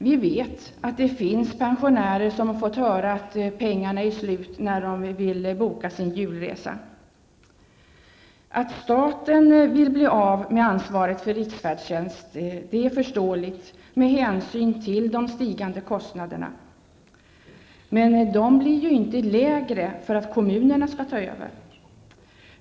Vi vet att det finns pensionärer som fått höra att pengarna är slut när de vill boka sin julresa. Att staten vill bli av med ansvaret för riksfärdtjänsten är förståeligt med hänsyn till de stigande kostnaderna. Men kostnaderna blir inte lägre för att kommunerna skall ta över.